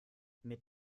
mit